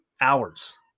hours